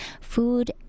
Food